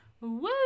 Woo